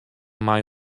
mei